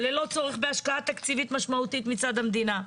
וללא צורך בהשקעה תקציבית משמעותית מצד המדינה.